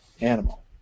animal